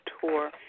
tour